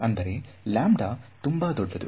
ಅಂದರೆ ತುಂಬಾ ದೊಡ್ಡದು